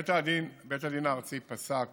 בית הדין הארצי פסק